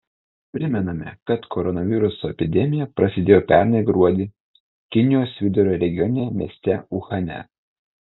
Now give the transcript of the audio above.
primename kad koronaviruso epidemija prasidėjo pernai gruodį kinijos vidurio regiono mieste uhane